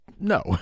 No